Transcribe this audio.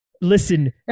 listen